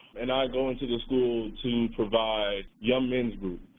and i go into the school to provide young men's group.